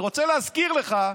אני רוצה להזכיר לך,